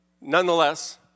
nonetheless